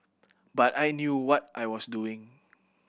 but I knew what I was doing